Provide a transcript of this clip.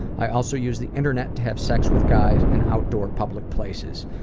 i also use the internet to have sex with guys in outdoor public places.